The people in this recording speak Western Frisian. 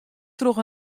troch